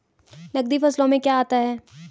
नकदी फसलों में क्या आता है?